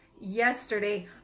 yesterday